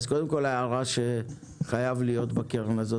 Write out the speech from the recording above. אז קודם כול ההערה שחייב להיות בקרן הזאת